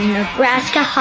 Nebraska